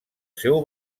seu